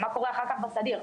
מה קורה אחר כך בסדיר,